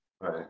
right